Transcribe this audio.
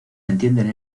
entienden